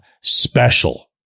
special